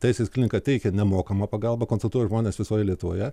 teisės klinika teikia nemokamą pagalbą konsultuoja žmones visoje lietuvoje